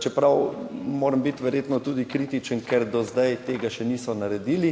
Čeprav moram biti verjetno tudi kritičen, ker do zdaj tega še niso naredili